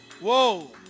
Whoa